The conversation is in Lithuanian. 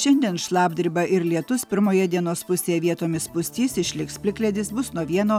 šiandien šlapdriba ir lietus pirmoje dienos pusėje vietomis pustys išliks plikledis bus nuo vieno